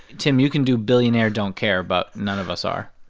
tim, you can do billionaire, don't care. but none of us are